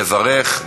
לברך.